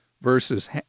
versus